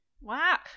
Wow